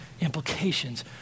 implications